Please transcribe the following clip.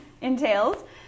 entails